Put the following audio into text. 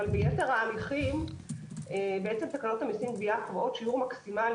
ביתר ההליכים תקנות המסים (גבייה) קובעות שיעור מקסימלי